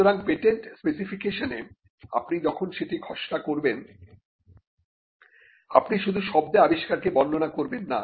সুতরাং পেটেন্ট স্পেসিফিকেশনে আপনি যখন সেটি খসড়া করবেন আপনি শুধু শব্দে আবিষ্কারকে বর্ণনা করবেন না